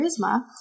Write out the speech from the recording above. Charisma